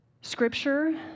Scripture